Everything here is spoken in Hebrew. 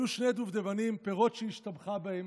אלו שני דובדבנים, פירות שהשתבחה בהם